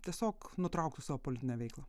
tiesiog nutrauktų savo politinę veiklą